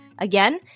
Again